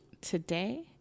Today